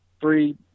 three